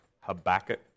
Habakkuk